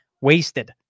wasted